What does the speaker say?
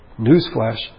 newsflash